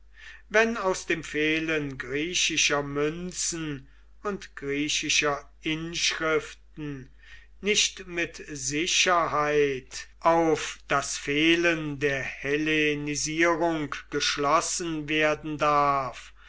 wenn aus dem fehlen griechischer münzen und griechischer inschriften nicht mit sicherheit auf das fehlen der hellenisierung geschlossen werden darf